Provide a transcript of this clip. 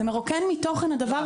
הדבר הזה מרוקן מתוכן.